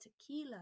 tequila